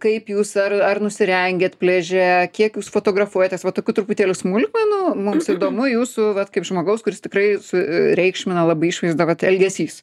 kaip jūs ar ar nusirengiat pliaže kiek jūs fotografuojatės va tokių truputėlį smulkmenų mums įdomu jūsų vat kaip žmogaus kuris tikrai sureikšmina labai išvaizdą vat elgesys